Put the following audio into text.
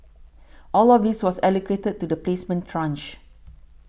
all of this was allocated to the placement tranche